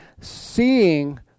seeing